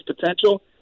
potential